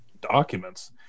documents